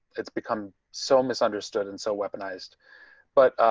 it's become so misunderstood and so weaponized but